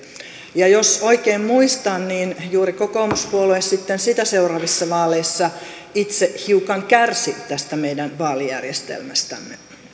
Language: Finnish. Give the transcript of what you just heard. ja jos oikein muistan niin juuri kokoomuspuolue sitten sitä seuraavissa vaaleissa itse hiukan kärsi tästä meidän vaalijärjestelmästämme